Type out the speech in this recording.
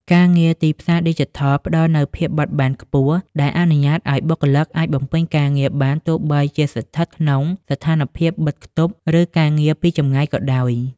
ការងារទីផ្សារឌីជីថលផ្តល់នូវភាពបត់បែនខ្ពស់ ដែលអនុញ្ញាតឱ្យបុគ្គលិកអាចបំពេញការងារបានទោះបីជាស្ថិតក្នុងស្ថានភាពបិទខ្ទប់ ឬការងារពីចម្ងាយក៏ដោយ។